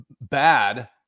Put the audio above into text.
bad